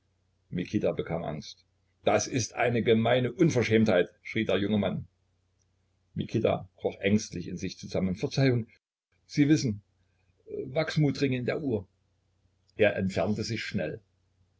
mikita bekam angst das ist eine gemeine unverschämtheit schrie der junge mann mikita kroch ängstlich in sich zusammen verzeihung sie wissen wachsmutringe in der uhr er entfernte sich schnell